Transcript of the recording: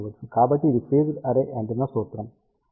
కాబట్టి ఇది phased array antenna సూత్రం